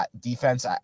defense